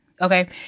Okay